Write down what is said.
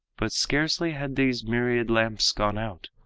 but scarcely had these myriad lamps gone out,